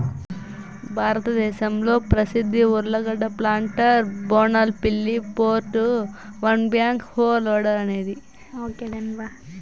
భారతదేశంలో ప్రసిద్ధ ఉర్లగడ్డ ప్లాంటర్ బోనాల్ పిల్లి four two one backhoe loader అనేది